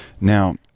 Now